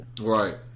right